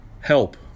Help